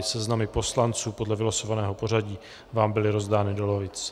Seznamy poslanců podle vylosovaného pořadí vám byly rozdány do lavic.